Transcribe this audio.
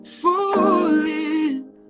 falling